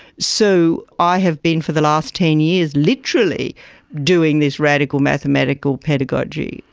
so i have been for the last ten years literally doing this radical mathematical pedagogy.